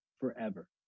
forever